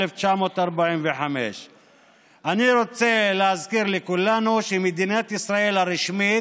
1945. אני רוצה להזכיר לכולנו שמדינת ישראל הרשמית,